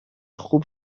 خوب